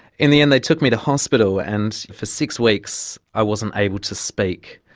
in the end they took me to hospital and for six weeks i wasn't able to speak,